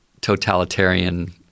totalitarian